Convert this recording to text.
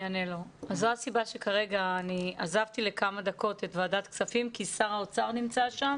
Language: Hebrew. זו התשובה שכרגע עזבתי לכמה דקות את ועדת הכספים ושר האוצר שם.